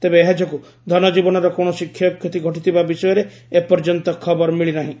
ତେବେ ଏହାଯୋଗୁଁ ଧନଜୀବନର କୌଣସି କ୍ଷୟକ୍ଷତି ଘଟିଥିବା ବିଷୟରେ ଏପର୍ଯ୍ୟନ୍ତ ଖବର ମିଳିନାହିଁ